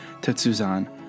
Tetsuzan